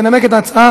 תנמק את ההצעה